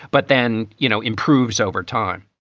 but then, you know, improves over time